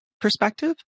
perspective